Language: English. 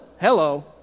hello